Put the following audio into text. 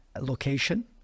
location